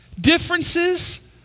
Differences